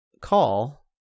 call